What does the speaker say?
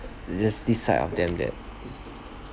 thi~ this side of them that